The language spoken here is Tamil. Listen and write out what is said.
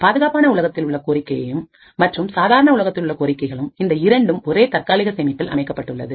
பாதுகாப்பான உலகத்தில் உள்ள கோரிக்கையும் மற்றும் சாதாரண உலகத்திலுள்ள கோரிக்கைகளும் இந்த இரண்டும் ஒரே தற்காலிக சேமிப்பில் அமைக்கப்பட்டுள்ளது